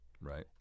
Right